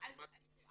אני מסכים איתך.